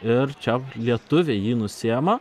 ir čia lietuviai jį nusiima